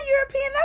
European